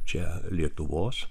čia lietuvos